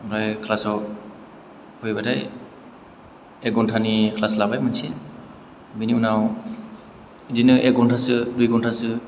ओमफ्राय क्लासाव फैबाथाय एख घन्टानि क्लास लाबाय मोनसे बेनि उनाव बिदिनो एख घन्टासो दुइ गन्थासो